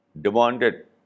demanded